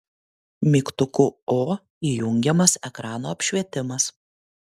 mygtuku o įjungiamas ekrano apšvietimas